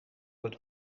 het